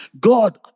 God